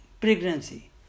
pregnancy